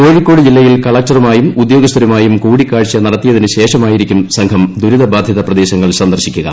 കോഴിക്കോട് ജില്ലയിൽ കലക്ടറുമായും ഉദ്യോഗസ്ഥരുമായും കൂടിക്കാഴ്ചനടത്തിയശേഷമായിരിക്കും സംഘം ദുരിത ബാധിത പ്രദേശങ്ങൾ സന്ദർശിക്കുക